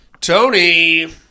Tony